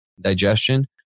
digestion